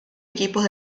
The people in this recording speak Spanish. equipos